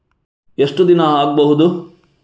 ಎಷ್ಟು ದಿನ ಆಗ್ಬಹುದು?